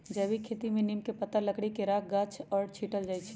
जैविक खेती में नीम के पत्ता, लकड़ी के राख गाछ पर छिट्ल जाइ छै